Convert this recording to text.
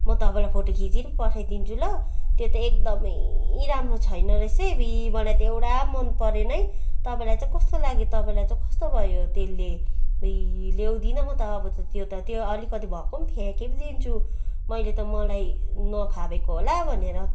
म तपाईँलाई फोटो खिचिकन पठाइदिन्छु ल त्यो त एकदमै राम्रो छैन रहेछ है अब्बुई मलाई त एउटा मन परेन है तपाईँलाई चाहिँ कस्तो लाग्यो तपाईँलाई चाहिँ कस्तो भयो त्यसले अब्बुई ल्याउँदिनँ म त अब त त्यो त त्यो अलिकति भएको पनि फ्याँकी पो दिन्छु मैले त मलाई न फापेको होला भनेर